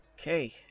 okay